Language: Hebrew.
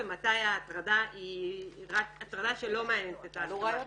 ומתי ההטרדה היא הטרדה שלא מאיינת את ההסכמה.